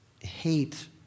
hate